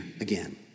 again